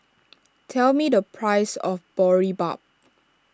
tell me the price of Boribap